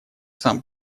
сам